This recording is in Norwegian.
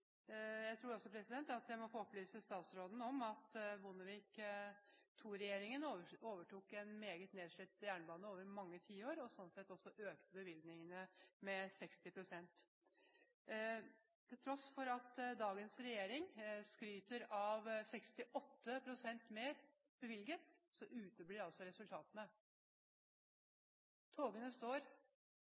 Jeg tror også jeg må få opplyse statsråden om at Bondevik II-regjeringen overtok en meget nedslitt jernbane – etter mange tiår, og derfor økte bevilgningene med 60 pst. Til tross for at dagens regjering skryter av at den har bevilget 68 pst. mer, uteblir resultatene. Togene står,